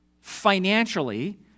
financially